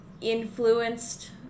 influenced